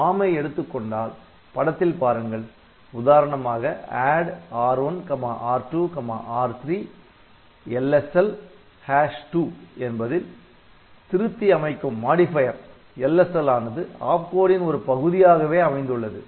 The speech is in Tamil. ARM ஐ எடுத்துக்கொண்டால் படத்தில் பாருங்கள் உதாரணமாக ADD R1R2R3 LSL 2 என்பதில் திருத்தி அமைக்கும் LSL ஆனது ஆப்கோடின் ஒரு பகுதியாகவே அமைந்துள்ளது